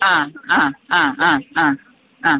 ആ ആ ആ ആ ആ ആ